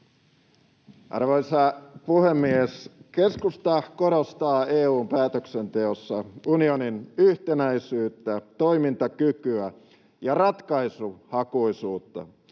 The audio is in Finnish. Arvoisa puhemies! Keskusta korostaa EU:n päätöksenteossa unionin yhtenäisyyttä, toimintakykyä ja ratkaisuhakuisuutta